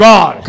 God